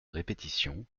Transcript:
répétition